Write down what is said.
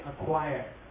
acquire